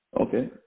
Okay